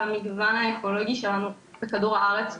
המגוון האקולוגי שלנו בכדור הארץ בכלל,